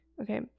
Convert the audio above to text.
Okay